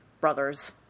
brothers